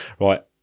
right